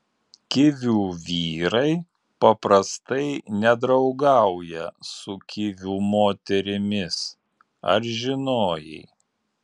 kivių vyrai paprastai nedraugauja su kivių moterimis ar žinojai